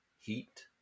heat